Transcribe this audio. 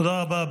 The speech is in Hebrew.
תודה רבה.